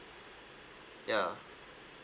ya